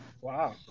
Wow